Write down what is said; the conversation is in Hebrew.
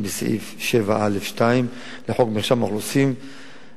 בסעיף 2(א)(7) לחוק מרשם האוכלוסין,